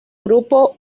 grupo